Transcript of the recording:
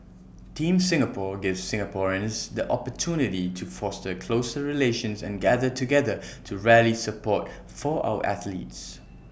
Team Singapore gives Singaporeans the opportunity to foster closer relations and gather together to rally support for our athletes